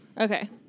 Okay